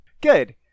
Good